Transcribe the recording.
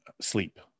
sleep